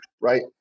right